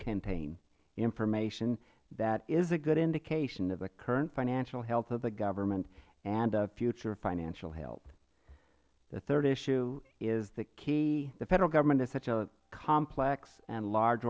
contain information that is a good indication of the current financial health of the government and of future financial health the third issue is that the federal government is such a complex and large